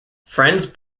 friends